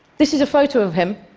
this is a photo of him,